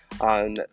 on